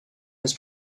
was